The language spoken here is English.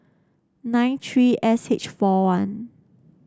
nine three S H four one